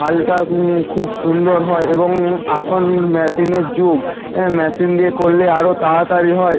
হালটা খুব সুন্দর হয় এবং এখন মেশিনের যুগ মেশিন দিয়ে করলে আরও তাড়াতাড়ি হয়